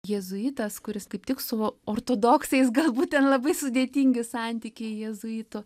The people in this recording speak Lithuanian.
jėzuitas kuris kaip tik su ortodoksais galbūt ten labai sudėtingi santykiai jėzuitų